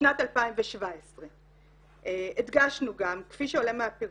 לשנת 2017. הדגשנו גם, כפי שעולה מהפירוט,